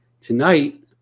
Tonight